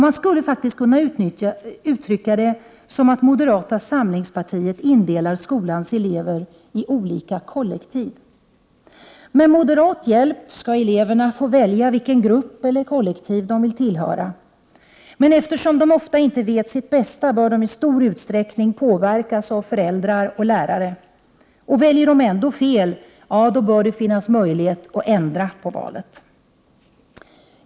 Man skulle faktiskt kunna uttrycka det så, att moderata samlingspartiet indelar skolans elever i olika kollektiv. Med moderat hjälp skall eleverna få välja vilken grupp, eller vilket kollektiv, de vill tillhöra. Men eftersom de ofta inte vet sitt bästa, bör deistor utsträckning påverkas av föräldrar och lärare. Väljer de ändå fel, bör det finnas möjlighet att.ändra på valet.